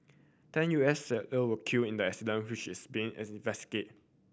ten U S sailor were killed in the accident which is being investigate